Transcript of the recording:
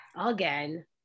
again